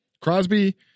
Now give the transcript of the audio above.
Crosby